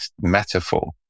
metaphor